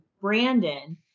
Brandon